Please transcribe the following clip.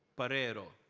parero.